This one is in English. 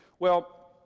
well,